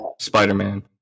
Spider-Man